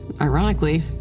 ironically